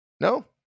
No